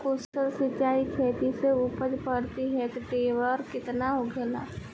कुशल सिंचाई खेती से उपज प्रति हेक्टेयर केतना होखेला?